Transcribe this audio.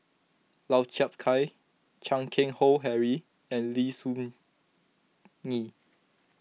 Lau Chiap Khai Chan Keng Howe Harry and Lim Soo Ngee